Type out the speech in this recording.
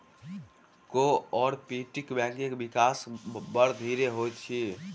cooperative बैंकक विकास बड़ धीरे होइत अछि